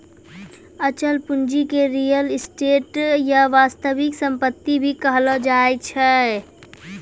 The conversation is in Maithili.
अचल पूंजी के रीयल एस्टेट या वास्तविक सम्पत्ति भी कहलो जाय छै